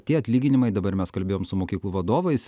tie atlyginimai dabar mes kalbėjom su mokyklų vadovais